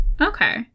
okay